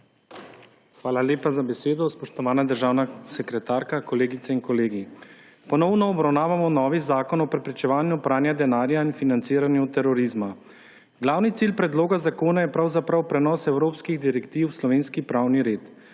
Hvala lepa za besedo. Spoštovana državna sekretarka, kolegice in kolegi! Ponovno obravnavano novi Zakon o preprečevanju pranja denarja in financiranju terorizma. Glavni cilj predloga zakona je pravzaprav prenos evropskih direktiv v slovenski pravni red.